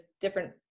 different